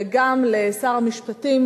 וגם לשר המשפטים